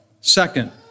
Second